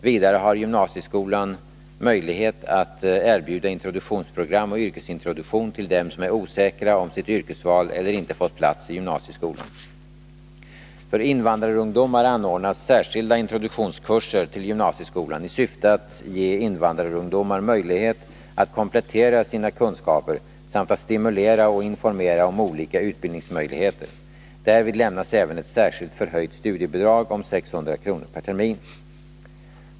Vidare har gymna sieskolan möjlighet att erbjuda introduktionsprogram och yrkesintroduktion till dem som är osäkra om sitt yrkesval eller inte fått plats i gymnasieskolan. För invandrarungdomar anordnas särskilda introduktionskurser till gymnasieskolan i syfte att ge invandrarungdomarna möjlighet att komplettera sina kunskaper samt att stimulera och informera om olika utbildningsmöjligheter. Därvid lämnas även ett särskilt förhöjt studiebidrag om 600 kr. per termin.